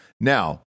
Now